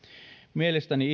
mielestäni